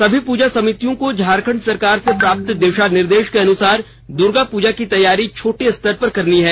सभी पूजा समितियों को झारखंड सरकार से प्राप्त दिशा निर्देश के अनुसार दुर्गा पूजा की तैयारी छोटे स्तर पर करनी है